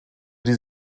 die